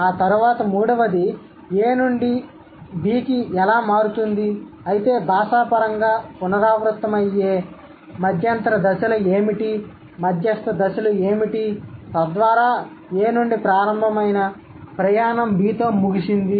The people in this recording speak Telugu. ఆ తర్వాత మూడవది "A" నుండి "B"కి మారుతుంది అయితే భాషాపరంగా పునరావృతమయ్యే మధ్యంతర దశలు ఏమిటి మధ్యస్థ దశలు ఏమిటి తద్వారా "A" నుండి ప్రారంభమైన ప్రయాణం "B"తో ముగిసింది